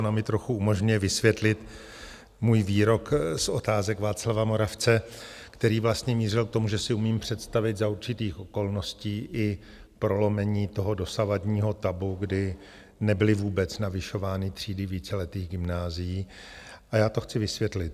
Ona mi trochu umožňuje vysvětlit můj výrok z Otázek Václava Moravce, který vlastně mířil k tomu, že si umím představit za určitých okolností i prolomení dosavadního tabu, kdy nebyly vůbec navyšovány třídy víceletých gymnázií, a já to chci vysvětlit.